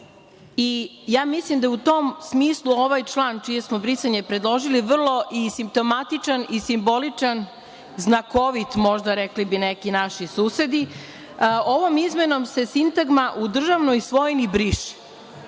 i ja mislim da u tom smislu ovaj član, čije smo brisanje predložili vrlo simptomatičan i simboličan, znakovit rekli bi naši susedi. Ovom izmenom se sintagma u državnoj svojini briše,